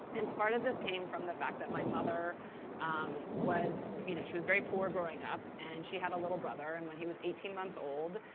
and part of this came from the fact that my mother um was you know she was very poor growing up. and she had a little brother. and when he was eighteen months old,